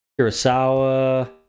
Kurosawa